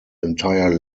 entire